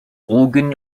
organ